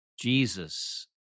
Jesus